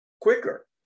quicker